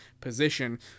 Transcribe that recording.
position